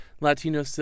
latino